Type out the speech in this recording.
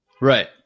Right